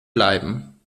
bleiben